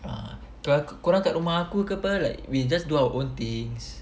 ah kalau korang kat rumah aku ke apa like we just do our own things